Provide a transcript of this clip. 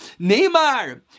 Neymar